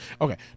Okay